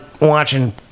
watching